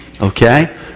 Okay